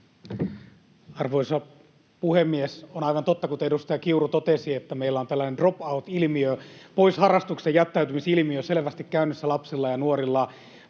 Arvoisa puhemies! On aivan totta, kuten edustaja Kiuru totesi, että meillä on tällainen drop out ‑ilmiö, pois harrastuksista jättäytymisen ilmiö, selvästi käynnissä lapsilla ja nuorilla.